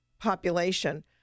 population